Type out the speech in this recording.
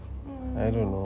I don't know